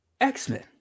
X-Men